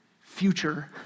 future